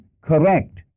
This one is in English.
correct